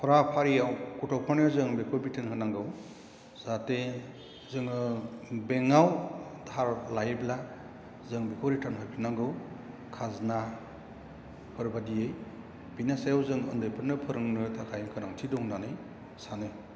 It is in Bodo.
फराफारियाव गथ'फोरनो जों बेखौ बिथोन होनांगौ जाहाथे जोङो बेंक आव दाहार लायोब्ला जों बेखौ रिटार्न होफिननांगौ खाजोनाफोर बायदियै बिनि सायाव जों उन्दैफोरनो फोरोंनो थाखाय गोनांथि दं होननानै सानो